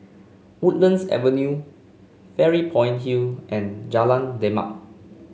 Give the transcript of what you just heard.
Woodlands Avenue Fairy Point Hill and Jalan Demak